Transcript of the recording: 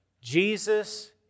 Jesus